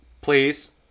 Please